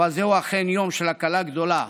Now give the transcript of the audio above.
אבל זהו אכן יום של הקלה גדולה